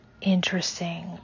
interesting